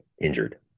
injured